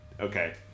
okay